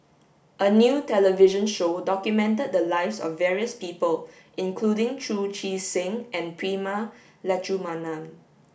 a new television show documented the lives of various people including Chu Chee Seng and Prema Letchumanan